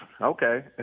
Okay